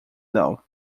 não